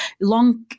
Long